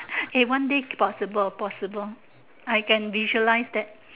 eh one day possible possible I can visualise that